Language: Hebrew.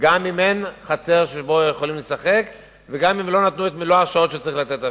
גם אם אין חצר שבה יכולים לשחק וגם אם לא נתנו את מלוא השעות שצריך לתת.